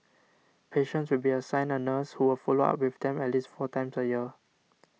patients will be assigned a nurse who will follow up with them at least four times a year